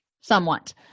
somewhat